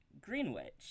Greenwich